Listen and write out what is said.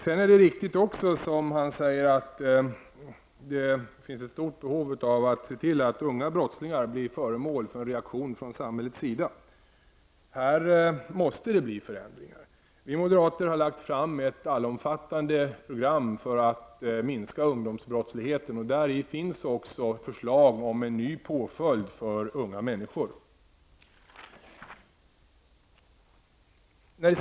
Det finns ett stort behov av att skärpa reglerna beträffande unga brottslingar så att de i högre grad än för närvarande blir föremål för reaktion från samhällets sida. Här måste det bli förändringar. Vi moderater har lagt fram ett allomfattande program för att minska ungdomsbrottsligheten. Däri finns även förslag om en ny påföljd för unga människor.